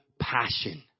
passion